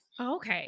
Okay